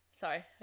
sorry